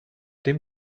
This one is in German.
dem